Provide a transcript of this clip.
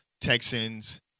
Texans